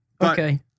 Okay